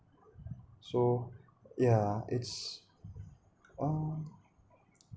so yeah it's uh